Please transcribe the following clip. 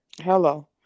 Hello